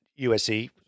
USC